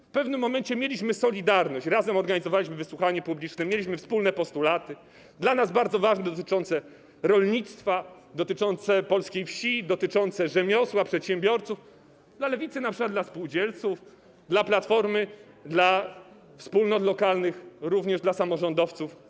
W pewnym momencie mieliśmy solidarność, razem organizowaliśmy wysłuchanie publiczne, mieliśmy wspólne postulaty, dla nas bardzo ważne, dotyczące rolnictwa, dotyczące polskiej wsi, rzemiosła, przedsiębiorców, dla Lewicy np. dotyczące spółdzielców, w przypadku Platformy - wspólnot lokalnych, również samorządowców.